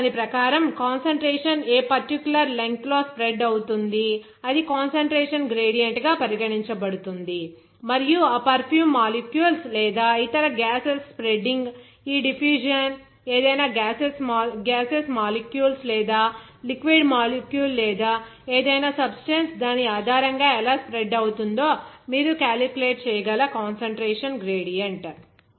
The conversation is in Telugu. కాబట్టి దాని ప్రకారం కాన్సంట్రేషన్ ఏ పర్టిక్యులర్ లెంగ్త్ లో స్ప్రెడ్ అవుతుందిఅది కాన్సంట్రేషన్ గ్రేడియంట్ గా పరిగణించబడుతుంది మరియు ఆ పెర్ఫ్యూమ్ మాలిక్యూల్స్ లేదా ఇతర గ్యాసెస్ స్ప్రేడ్డింగ్ ఈ డిఫ్ఫ్యూషన్ ఏదైనా గ్యాసెస్ మాలిక్యూల్స్ లేదా లిక్విడ్ మాలిక్యూల్ లేదా ఏదైనా సబ్స్టెన్స్ దాని ఆధారంగా ఎలా స్ప్రెడ్ అవుతుందో మీరు క్యాలిక్యులేట్ చేయగల కాన్సంట్రేషన్ గ్రేడియంట్